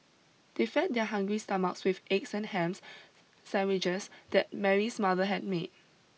they fed their hungry stomachs with the egg and hams sandwiches that Mary's mother had made